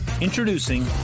introducing